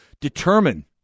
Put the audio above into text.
determine